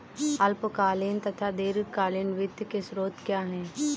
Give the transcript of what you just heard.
अल्पकालीन तथा दीर्घकालीन वित्त के स्रोत क्या हैं?